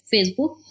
Facebook